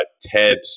ted